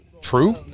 true